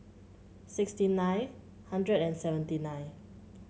sixty nine hundred and seventy nine